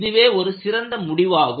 இதுவே ஒரு சிறந்த முடிவாகும்